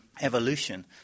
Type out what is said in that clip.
evolution